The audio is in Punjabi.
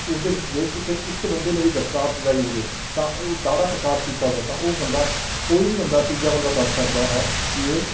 ਉਸ ਦੇ ਵਿੱਚ ਜੇ ਕਿਸੇ ਇੱਕ ਬੰਦੇ ਨੇ ਵੀ ਦਸਤਾਰ ਸਜਾਈ ਹੋਵੇ ਤਾਂ ਉਹ ਦਾੜਾ ਪ੍ਰਕਾਸ਼ ਕੀਤਾ ਹੋਇਆ ਤਾਂ ਉਹ ਬੰਦਾ ਕੋਈ ਵੀ ਬੰਦਾ ਤੀਜਾ ਬੰਦਾ ਦੱਸ ਸਕਦਾ ਹੈ ਵੀ ਇਹ